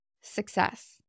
Success